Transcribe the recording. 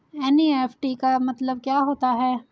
NEFT का मतलब क्या होता है?